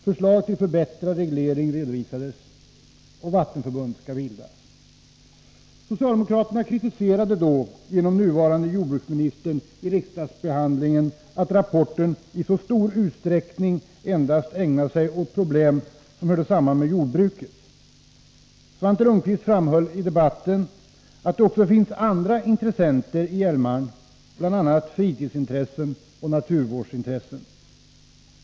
Förslag till förbättrad reglering framlades, och vattenförbund skall bildas. Socialdemokraterna kritiserade då genom nuvarande jordbruksministern vid riksdagsbehandlingen att rapporten i så stor utsträckning endast ägnade sig åt problem som hörde samman med jordbruket. Svante Lundkvist framhöll i debatten att det också finns andra intressenter när det gäller Hjälmaren, bl.a. de som företräder fritidsintressen och naturvårdsintressen.